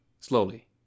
Slowly